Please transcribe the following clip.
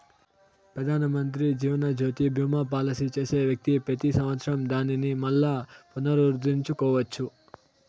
పెదానమంత్రి జీవనజ్యోతి బీమా పాలసీ చేసే వ్యక్తి పెతి సంవత్సరం దానిని మల్లా పునరుద్దరించుకోవచ్చు